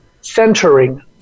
centering